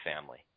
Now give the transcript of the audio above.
family